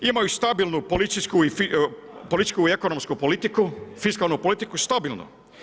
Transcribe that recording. Imaju stabilnu policijsku i ekonomsku politiku, fiskalnu politiku stabilnu.